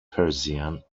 persian